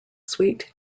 sweet